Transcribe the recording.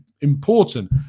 important